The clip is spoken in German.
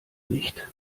nicht